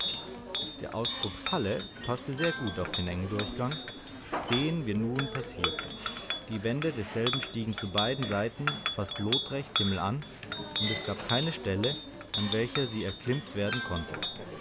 der ausdruck falle paßte sehr gut auf den engen durchgang den wir nun passierten die wände desselben stiegen zu beiden seiten fast lotrecht himmelan und es gab keine stelle an welcher sie erklimmt werden konnte